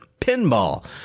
Pinball